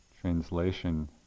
translation